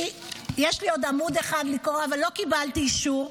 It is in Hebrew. יש לי עוד עמוד אחד לקרוא, אבל לא קיבלתי אישור.